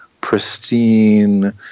pristine